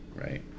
Right